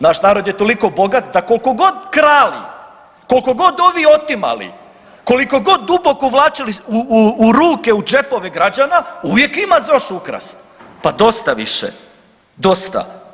Naš narod je toliko bogat da kolko god krali, kolko god ovi otimali, koliko god duboko uvlačili ruke u džepove građana uvijek ima za još za ukrast, pa dosta više, dosta.